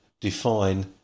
define